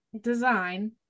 design